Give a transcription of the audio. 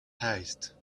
heist